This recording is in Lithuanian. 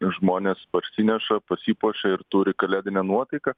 žmonės parsineša pasipuošia ir turi kalėdinę nuotaiką